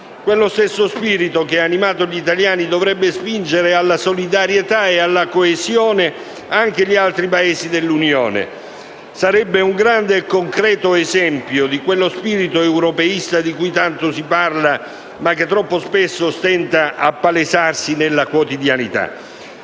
Quello stesso spirito, che ha animato gli italiani, dovrebbe spingere alla solidarietà e alla coesione anche gli altri Paesi dell'Unione. Sarebbe un grande e concreto esempio di quello "spirito europeista", di cui tanto si parla, ma che troppo spesso stenta a palesarsi nella quotidianità.